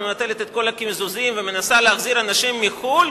מבטלת את כל הקיזוזים ומנסה להחזיר אנשים מחוץ-לארץ,